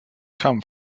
come